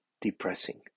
depressing